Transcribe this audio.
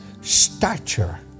stature